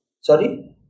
Sorry